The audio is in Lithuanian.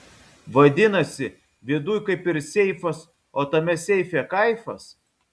vadinasi viduj kaip ir seifas o tame seife kaifas